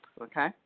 okay